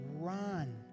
run